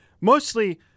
mostly